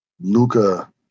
Luka